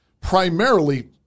primarily